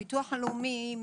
הביטוח הלאומי מטפל,